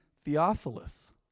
Theophilus